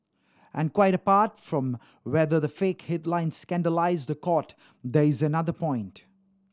and quite apart from whether the fake headlines scandalise the Court there is another point